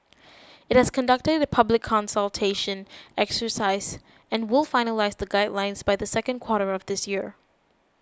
it has conducted a public consultation exercise and will finalise the guidelines by the second quarter of this year